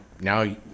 now